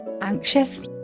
anxious